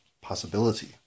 possibility